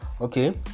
Okay